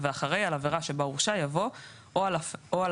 ואחרי "על עבירה שבה הורשע" יבוא "או על